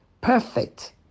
perfect